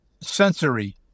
sensory